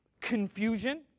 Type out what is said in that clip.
confusion